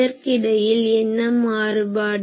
இதற்கிடையில் என்ன மாறுபாடு